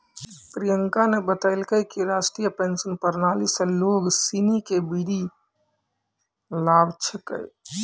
प्रियंका न बतेलकै कि राष्ट्रीय पेंशन प्रणाली स लोग सिनी के बड्डी लाभ छेकै